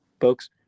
folks